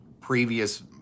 previous